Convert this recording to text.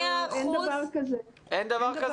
אין דבר כזה.